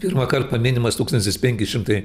pirmą kartą minimas tūkstantis penki šimtai